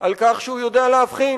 על כך שהוא יודע להבחין